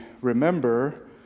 remember